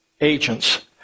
agents